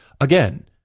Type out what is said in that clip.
Again